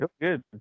good